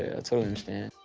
i totally understand.